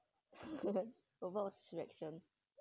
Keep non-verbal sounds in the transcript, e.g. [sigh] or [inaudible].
[laughs] what was his reaction